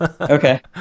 Okay